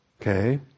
Okay